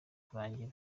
kurangira